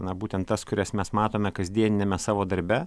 na būtent tas kurias mes matome kasdieniniame savo darbe